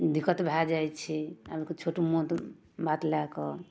दिक्कत भए जाइ छै आर कोनो छोट मोट बात लए कऽ